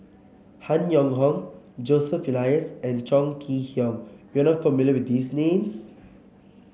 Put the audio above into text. Han Yong Hong Joseph Elias and Chong Kee Hiong you are not familiar with these names